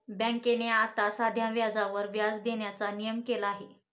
बँकेने आता साध्या व्याजावर व्याज देण्याचा नियम केला आहे